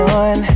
on